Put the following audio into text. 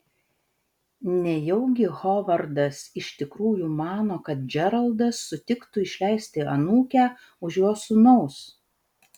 nejaugi hovardas iš tikrųjų mano kad džeraldas sutiktų išleisti anūkę už jo sūnaus